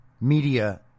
media